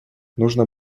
нужно